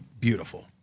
beautiful